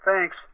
Thanks